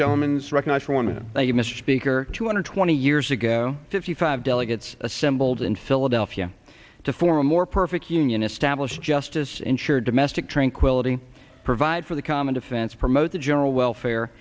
gentlemens recognize for one minute that you mr speaker two hundred twenty years ago fifty five delegates assembled in philadelphia to form a more perfect union establish justice insure domestic tranquility provide for the common defense promote the general welfare